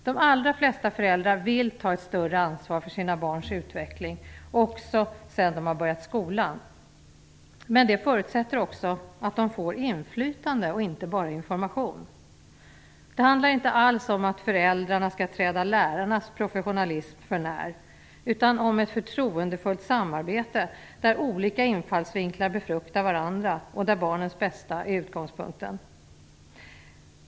De allra flesta föräldrar vill ta ett större ansvar för sina barns utveckling, också sedan de har börjat skolan. Men det förutsätter också att de får inflytande, inte bara information. Det handlar inte alls om att föräldrarna skall träda lärarnas professionalism för när utan om ett förtroendefullt samarbete, där olika infallsvinklar befruktar varandra och där barnens bästa är utgångspunkten.